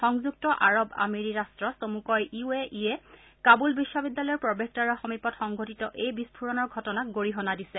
সংযুক্ত আৰৱ আমিৰি ৰাষ্ট চমুকৈ ইউ এ ইয়ে কাবুল বিশ্ববিদ্যালয়ৰ প্ৰৱেশদ্বাৰৰ সমীপত সংঘটিত এই বিস্ফোৰণৰ ঘটনাক গৰিহণা দিছে